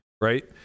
Right